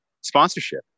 sponsorship